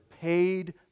paid